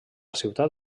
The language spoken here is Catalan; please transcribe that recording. ciutat